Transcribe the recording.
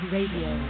Radio